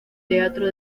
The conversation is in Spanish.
teatro